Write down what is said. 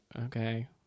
okay